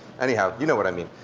anyhow, you know what i mean.